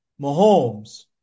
Mahomes